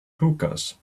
hookahs